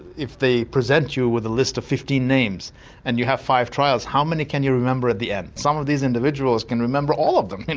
if they present you with a list of fifteen names and you have five trials, how many can you remember at the end. some of these individuals can remember all of them, and